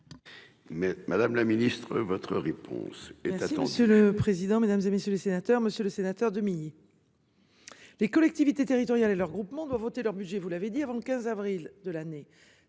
madame la ministre, votre réponse. Et pourtant, monsieur le président, Mesdames, et messieurs les sénateurs, monsieur le sénateur Demilly. Les collectivités territoriales et de leurs groupements doivent voter leur budget, vous l'avez dit avant le 15 avril de l'année,